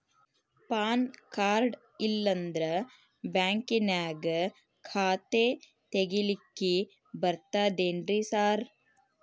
PAN card ಇಲ್ಲಂದ್ರ ಬ್ಯಾಂಕಿನ್ಯಾಗ ಖಾತೆ ತೆಗೆಲಿಕ್ಕಿ ಬರ್ತಾದೇನ್ರಿ ಸಾರ್?